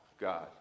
God